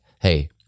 hey